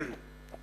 בבקשה.